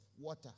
water